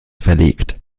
verlegt